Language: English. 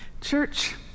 Church